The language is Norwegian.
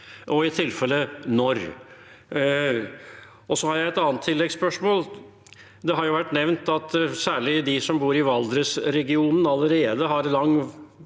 og i tilfelle når? Så har jeg et annet tilleggsspørsmål. Det har vært nevnt at særlig de som bor i Valdres-regionen, allerede har lang transportvei